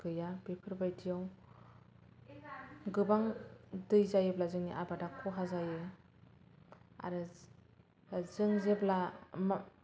गैया बेफोरबायदियाव गोबां दै जायोब्ला जोंनि आबादा खहा जायो आरो जों जेब्ला मा